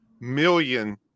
million